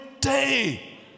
day